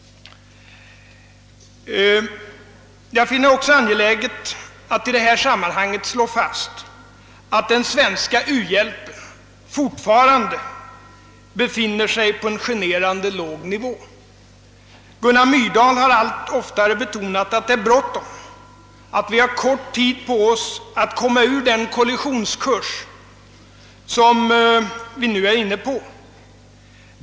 Jag finner det också angeläget att i detta sammanhang slå fast, att den svenska u-hjälpen fortfarande befinner sig på en generande låg nivå. Gunnar Myrdal har allt oftare betonat att det är bråttom, att vi har kort tid på oss att komma ur den kollisionskurs som vi nu är inne på.